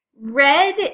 Red